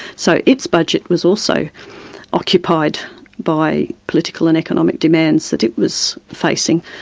so its budget was also occupied by political and economic demands that it was facing.